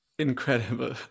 incredible